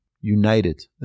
united